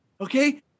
Okay